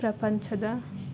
ಪ್ರಪಂಚದ